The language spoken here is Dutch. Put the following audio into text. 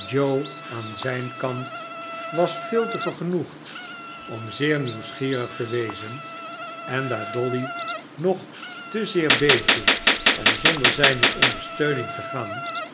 aan zijn kant was veel te vergenoegd om zeer nieuwsgierig te wezen en daar dolly nog te zeer beefde om zonder zijne ondersteuning te gaan